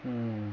hmm